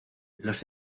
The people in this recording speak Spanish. los